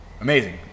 amazing